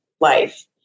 life